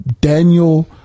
Daniel